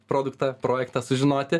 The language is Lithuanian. produktą projektą sužinoti